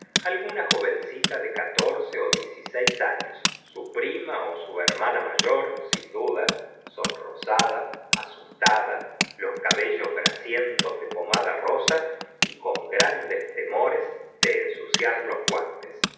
alguna jovencita de catorce dieciseis años su prima ó su hermana mayor sin duda sonrosada asustada los cabellos grasientos de pomada rosa y con grandes temores de ensuciar los guantes